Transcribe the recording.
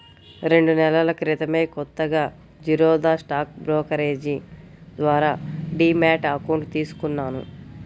రెండు నెలల క్రితమే కొత్తగా జిరోదా స్టాక్ బ్రోకరేజీ ద్వారా డీమ్యాట్ అకౌంట్ తీసుకున్నాను